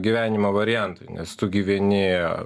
gyvenimo variantui nes tu gyveni